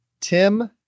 Tim